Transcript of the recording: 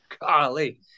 Golly